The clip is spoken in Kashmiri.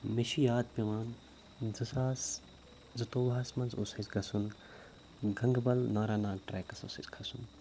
مےٚ چھِ یاد پٮ۪وان زٕ ساس زٕتووُہَس منٛز اوس اَسہِ گژھُن گَنٛگہٕ بَل نارا ناگ ٹرٛیکَس اوس اَسہِ کھَسُن